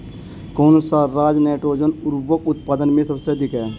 कौन सा राज नाइट्रोजन उर्वरक उत्पादन में सबसे अधिक है?